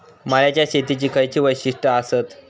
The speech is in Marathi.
मळ्याच्या शेतीची खयची वैशिष्ठ आसत?